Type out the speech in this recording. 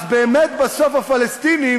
אז באמת בסוף הפלסטינים,